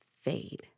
fade